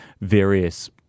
various